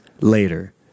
later